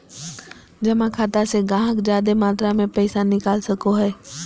जमा खाता से गाहक जादे मात्रा मे पैसा निकाल सको हय